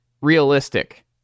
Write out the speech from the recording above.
realistic